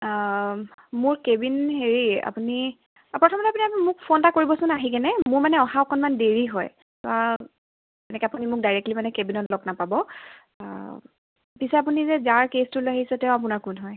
মোৰ কেবিন হেৰি আপুনি প্ৰথমতে আপুনি মোক ফোন এটা কৰিবচোন আহিকেনে মোৰ মানে অহা অকণমান দেৰি হয় এনেকৈ আপুনি মোক ডাইৰেক্টলি মানে কেবিনত লগ নাপাব পিছে আপুনি যে যাৰ কেচটো লৈ আহিছে তেওঁ আপোনাৰ কোন হয়